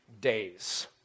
days